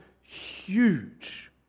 huge